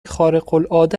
خارقالعاده